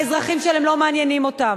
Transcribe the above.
האזרחים שלהם לא מעניינים אותם.